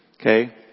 Okay